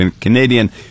Canadian